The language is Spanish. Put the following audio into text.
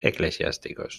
eclesiásticos